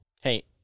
Hey